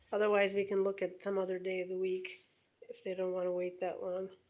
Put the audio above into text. otherwise we can look at some other day of the week if they don't want to wait that long.